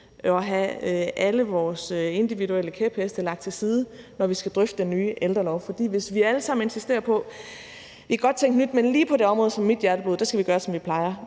og have alle vores individuelle kæpheste lagt til side, når vi skal drøfte den nye ældrelov. For hvis vi alle sammen insisterer på, at vi godt kan tænke nyt, men at lige på det område, som er ens eget hjerteblod, skal vi gøre, som vi plejer,